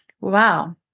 wow